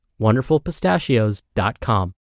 wonderfulpistachios.com